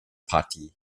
party